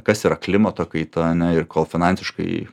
kas yra klimato kaita ar ne ir kol finansiškai